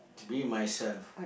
me myself